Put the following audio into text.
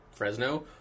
Fresno